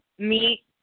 meet